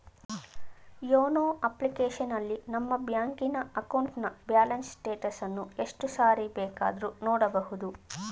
YONO ಅಪ್ಲಿಕೇಶನಲ್ಲಿ ನಮ್ಮ ಬ್ಯಾಂಕಿನ ಅಕೌಂಟ್ನ ಬ್ಯಾಲೆನ್ಸ್ ಸ್ಟೇಟಸನ್ನ ಎಷ್ಟು ಸಾರಿ ಬೇಕಾದ್ರೂ ನೋಡಬೋದು